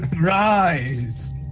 Rise